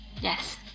Yes